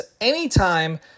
anytime